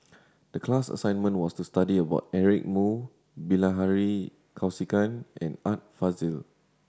the class assignment was to study about Eric Moo Bilahari Kausikan and Art Fazil